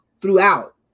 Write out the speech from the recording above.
throughout